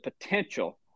potential